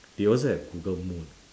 they also have google moon